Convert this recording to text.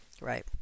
right